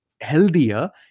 healthier